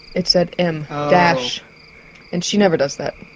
it said m-dash and she never does that.